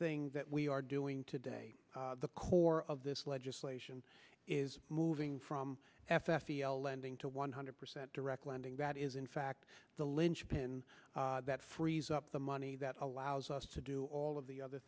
thing that we are doing today the core of this legislation is moving from f s d o lending to one hundred percent direct lending that is in fact the linchpin that frees up the money that allows us to do all of the other